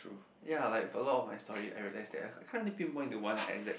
ya like for a lot of my story I realise that I can't really pinpoint the one exact